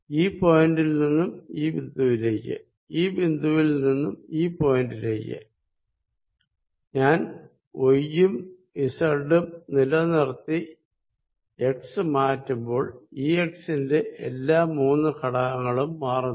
ഈ പോയിന്റിൽ നിന്നും ഈ ബിന്ദുവിലേക്ക് ഈ ബിന്ദുവിൽ നിന്നും ഈ പോയിന്റിലേക്ക് ഞാൻ y ഉം z ഉം നിലനിർത്തി x മാറ്റുമ്പോൾ Ex ന്റെ എല്ലാ മൂന്ന് ഘടകങ്ങളും മാറുന്നു